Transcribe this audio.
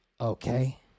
okay